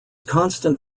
constant